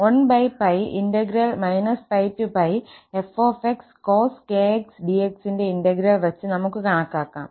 1𝜋 𝜋𝜋𝑓𝑥cos𝑘𝑥 𝑑𝑥 ൻറെ ഇന്റഗ്രൽ വച്ച് നമുക്ക് കണക്കാക്കാം